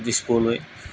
দিছপুৰলৈ